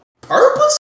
purpose